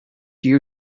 you